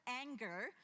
anger